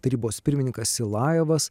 tarybos pirmininkas silajevas